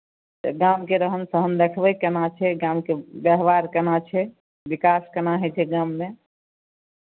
तऽ गामके रहन सहन देखबै केना छै गामके व्यवहार केना छै विकास केना होइ छै गाममे